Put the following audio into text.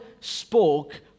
spoke